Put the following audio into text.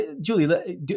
Julie